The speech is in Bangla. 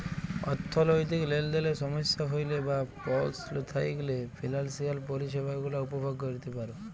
অথ্থলৈতিক লেলদেলে সমস্যা হ্যইলে বা পস্ল থ্যাইকলে ফিলালসিয়াল পরিছেবা গুলা উপভগ ক্যইরতে পার